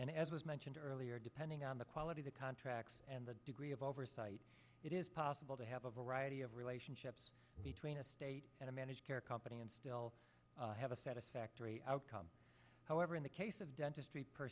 and as was mentioned earlier depending on the quality the contracts and the degree of oversight it is possible to have a variety of relationships between a state and a managed care company and still have a satisfactory outcome however in the case of dentistry per